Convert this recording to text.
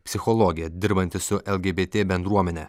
psichologė dirbanti su lgbt bendruomene